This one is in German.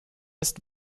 ist